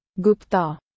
Gupta